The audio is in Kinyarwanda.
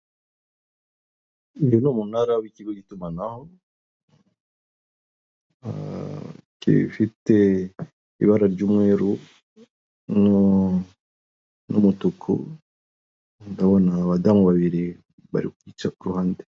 Uyu ni umunara w'ikigo cy'itumanaho, gifite ibara ry'umweru n'umutuku. Ndabona abadamu babiri bari kugica ku ruhande.